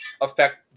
affect